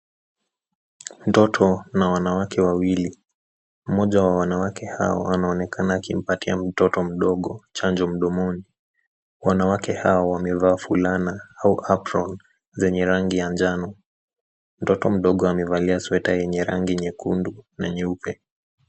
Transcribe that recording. Mtoto na wanawake wawili. Mmoja wa wanawake hao anaonekana akimpatia mtoto mdogo chanjo mdomoni. Wanawake hao wamevaa fulana au aproni zenye rangi ya njano. Mtoto mdogo amevalia sweta yenye rangi nyekundu na nyeupe.